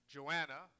Joanna